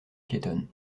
piétonne